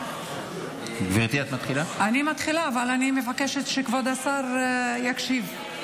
אני מתחילה, אבל אני מבקשת שכבוד השר יקשיב.